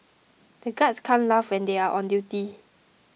the guards can't laugh they are on duty